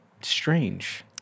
strange